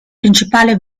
principale